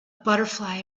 butterfly